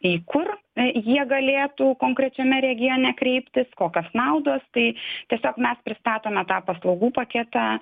į kur jie galėtų konkrečiame regione kreiptis kokios naudos tai tiesiog mes pristatome tą paslaugų paketą